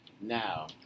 Now